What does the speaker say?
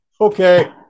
Okay